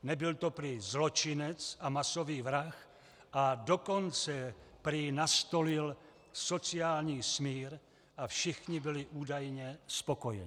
Nebyl to prý zločinec a masový vrah, a dokonce prý nastolil sociální smír a všichni byli údajně spokojeni.